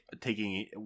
taking